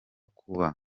kuba